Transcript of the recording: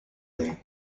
day